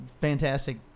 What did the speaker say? fantastic